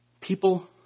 People